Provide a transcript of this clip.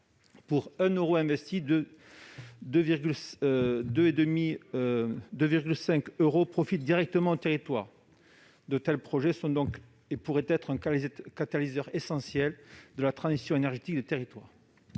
Pour 1 euro investi, 2,5 euros profitent directement au territoire. De tels projets pourraient donc être un catalyseur essentiel de la transition énergétique des territoires.